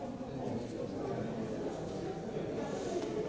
hvala vam